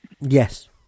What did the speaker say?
Yes